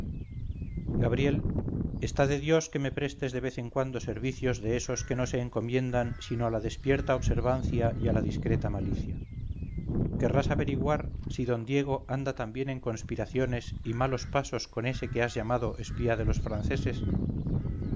gabriel está de dios que me prestes de vez en cuando servicios de esos que no se encomiendan sino a la despierta observancia y a la discreta malicia querrás averiguar si d diego anda también en conspiraciones y malos pasoscon ese que has llamado espía de los franceses